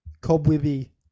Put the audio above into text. cobwebby